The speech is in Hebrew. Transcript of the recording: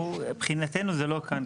מבחינתנו זה לא כאן.